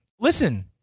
listen